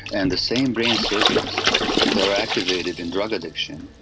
and the same brain circuits that are activated in drug addiction,